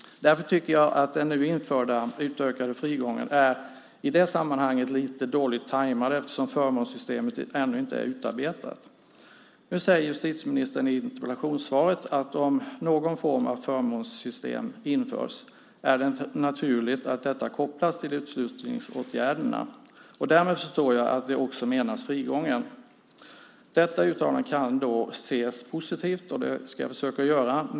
Den nu införda utökade frigången är i det sammanhanget lite dåligt tajmad eftersom förmånssystemet ännu inte är utarbetat. Nu säger justitieministern i interpellationssvaret att om någon form av förmånssystem införs blir det naturligt att koppla det till utslussningsåtgärderna. Jag förstår att det även avser frigången. Uttalandet kan då ses positivt, och det ska jag försöka göra.